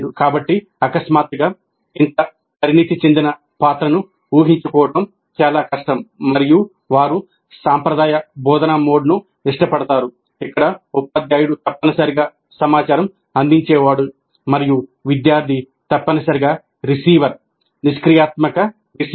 కాబట్టి అకస్మాత్తుగా ఇంత పరిణతి చెందిన పాత్రను ఊహించుకోవడం చాలా కష్టం మరియు వారు సాంప్రదాయ బోధనా మోడ్ను ఇష్టపడతారు ఇక్కడ ఉపాధ్యాయుడు తప్పనిసరిగా సమాచారం అందించేవాడు మరియు విద్యార్థి తప్పనిసరిగా రిసీవర్ నిష్క్రియాత్మక రిసీవర్